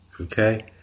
Okay